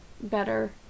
better